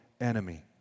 enemy